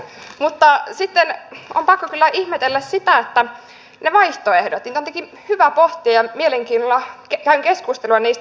mutta sitten on pakko kyllä ihmetellä sitä että niitä vaihtoehtoja on tietenkin hyvä pohtia ja mielenkiinnolla käyn keskustelua niistä